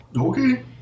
Okay